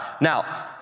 Now